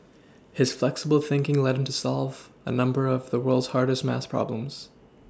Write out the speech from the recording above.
his flexible thinking led him to solve a number of the world's hardest maths problems